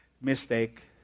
mistake